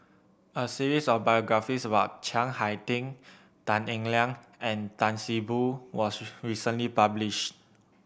a series of biographies about Chiang Hai Ding Tan Eng Liang and Tan See Boo was recently published